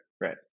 right